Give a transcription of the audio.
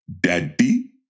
daddy